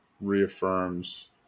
reaffirms